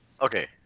Okay